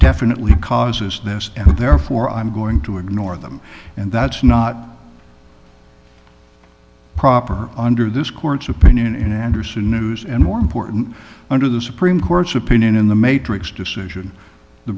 definitely causes this and therefore i'm going to ignore them and that's not proper under this court's opinion in andersen news and more important under the supreme court's opinion in the matrix decision the